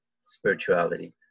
spirituality